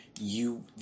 You-